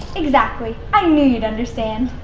exactly. i knew you'd understand.